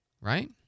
right